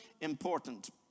important